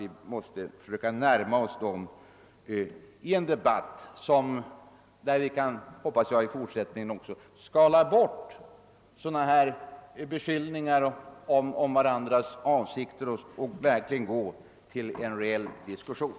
Vi måste försöka närma oss dem i en debatt där vi, som jag hoppas, kan skala bort beskyllningar om varandras avsikter och verkligen föra en reell diskussion.